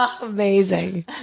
Amazing